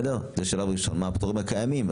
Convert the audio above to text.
השלב הראשון הוא מה הפטורים הקיימים.